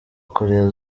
korea